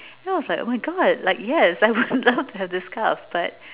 then I was like oh my god like yes I would love to have this scarf but